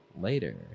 later